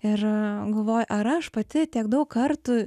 ir galvoji ar aš pati tiek daug kartų